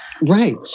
Right